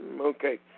Okay